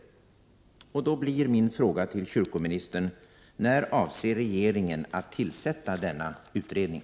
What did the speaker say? : re lan staten och svenska Då blir min fråga till kyrkoministern: När avser regeringen att tillsätta kyrkan, m.m. denna utredning?